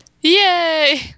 Yay